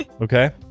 okay